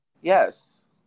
Yes